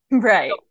Right